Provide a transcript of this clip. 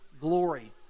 glory